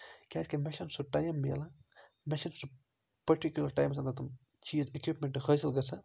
کیٛازِکہِ مےٚ چھُنہٕ سُہ ٹایم ملان مےٚ چھُنہٕ سُہ پٔٹِکیوٗلَر ٹایمَس اَنان تِم چیٖز اِکوِپمٮ۪نٛٹ حٲصِل گژھان